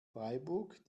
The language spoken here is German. freiburg